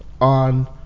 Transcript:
On